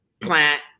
plant